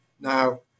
Now